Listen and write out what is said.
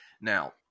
Now